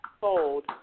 sold